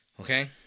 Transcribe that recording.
Okay